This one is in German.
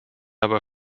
aber